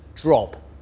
drop